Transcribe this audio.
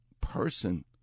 person